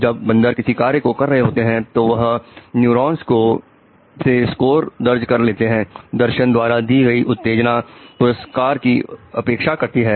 जब बंदर किसी कार्य को कर रहे होते हैं तो वह न्यूरॉन्स से स्कोर दर्ज कर लेते हैं दर्शन द्वारा दी गई उत्तेजना पुरस्कार की अपेक्षा करती है